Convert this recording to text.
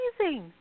amazing